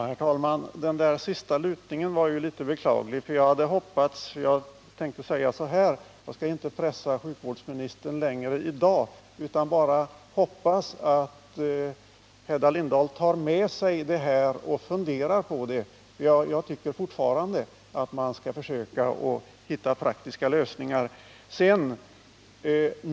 Herr talman! Den där sista lutningen var ju litet beklaglig. Jag hade tänkt framhålla att jag inte skall pressa sjukvårdsministern längre i dag utan bara säga att jag hoppas att Hedda Lindahl funderar på saken. Jag tycker fortfarande att man bör försöka att hitta praktiska lösningar.